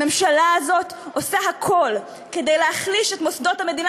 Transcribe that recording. הממשלה הזאת עושה הכול כדי להחליש את מוסדות המדינה.